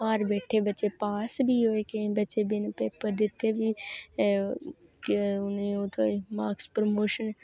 घर बैठे दे बच्चे पास बी होए केईं बच्चे बिन पेपर दित्ते दे बी मास प्रमोशन